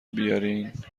بیارین